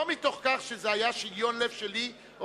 לא מתוך כך שזה היה שיגיון לב שלי או